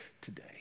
Today